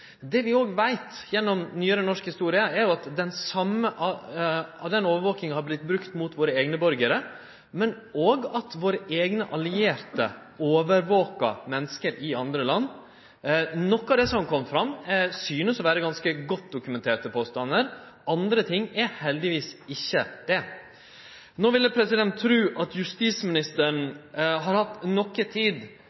Det vi òg veit gjennom nyare norsk historie, er at overvakinga har vorte brukt mot våre eigne borgarar, men òg at våre eigne allierte overvaker menneske i andre land. Noko av det som har kome fram, synest å vere ganske godt dokumenterte påstandar, andre ting er heldigvis ikkje det. No vil eg tru at justisministeren